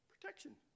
protection